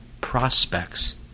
prospects